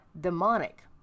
demonic